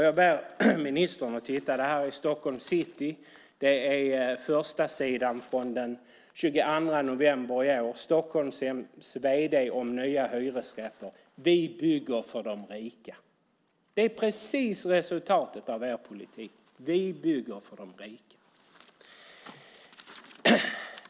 Jag ber ministern att titta på den tidning jag har i handen, Stockholm City. Det är förstasidan från den 22 november i år. Stockholmshems vd säger om nya hyresrätter: Vi bygger för de rika. Det är resultatet av er politik. Vi bygger för de rika.